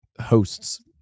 hosts